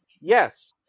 yes